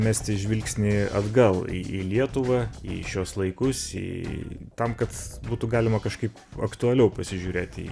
mesti žvilgsnį atgal į į lietuvą į šiuos laikus į tam kad būtų galima kažkaip aktualiau pasižiūrėti į